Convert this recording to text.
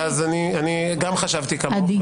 חשבתי כמוך,